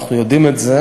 אנחנו יודעים את זה,